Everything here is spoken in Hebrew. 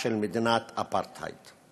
להגדרה של מדינת אפרטהייד.